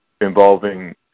involving